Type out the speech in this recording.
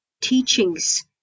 teachings